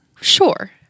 Sure